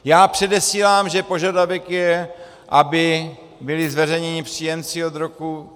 Já předesílám, že požadavek je, aby byli zveřejněni příjemci od roku...